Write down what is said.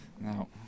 No